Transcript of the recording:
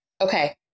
Okay